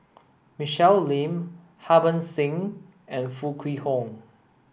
Michelle Lim Harbans Singh and Foo Kwee Horng